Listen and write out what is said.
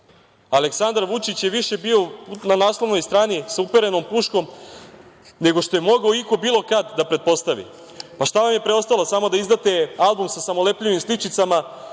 Aleksandar Vučić je više bio na naslovnoj strni sa uperenom puškom, nego što je mogao iko bilo kad da pretpostavi. Šta vam je preostalo, samo da izdate album sa samolepljivim sličicama